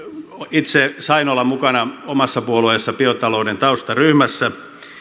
itse sain olla mukana omassa puolueessani biotalouden taustaryhmässä